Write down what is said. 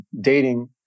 dating